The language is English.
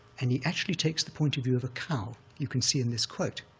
and he actually takes the point of view of a cow, you can see in this quote,